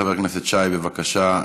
חבר הכנסת שי, בבקשה.